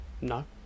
no